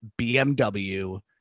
BMW